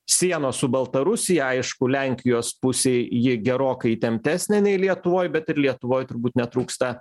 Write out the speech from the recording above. sienos su baltarusija aišku lenkijos pusėj ji gerokai įtemptesnė nei lietuvoj bet ir lietuvoj turbūt netrūksta